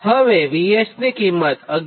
હવે VS ની કિંમત 11